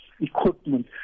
equipment